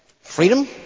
freedom